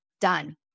done